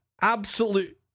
absolute